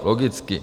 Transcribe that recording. Logicky.